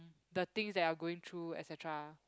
the things that you are going through et cetera